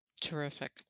Terrific